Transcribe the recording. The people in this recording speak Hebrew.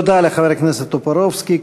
תודה לחבר הכנסת טופורובסקי.